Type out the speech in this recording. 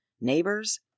neighbors